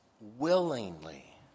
willingly